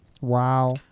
Wow